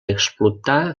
explotar